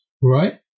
right